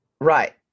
right